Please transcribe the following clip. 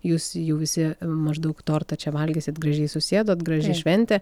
jūs jau visi maždaug tortą čia valgysit gražiai susėdot graži šventė